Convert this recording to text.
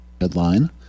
headline